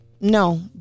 no